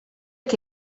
che